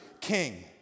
king